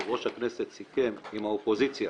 יושב-ראש הכנסת סיכם עם האופוזיציה